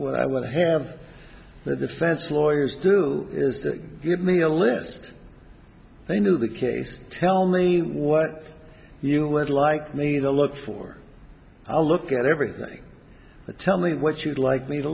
what i want to have the defense lawyers do is give me a list they knew the case tell me what you would like me to look for i'll look at everything tell me what you'd like me to